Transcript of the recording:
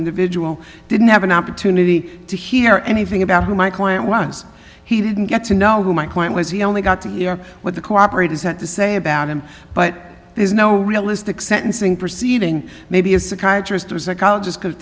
individual didn't have an opportunity to hear anything about who my client was he didn't get to know who my point was he only got to hear what the cooperate is had to say about him but there's no realistic sentencing proceeding maybe a psychiatrist